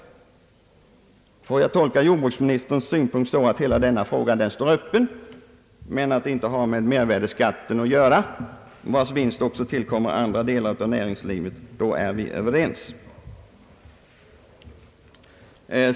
Får jag tolka jordbruksministerns synpunkt så att hela denna fråga står öppen, men att den inte har med mervärdeskatten att göra? Vinsten av momsen tillkommer ju också andra delar av näringslivet. är detta hans uppfattning är vi överens.